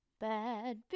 Bad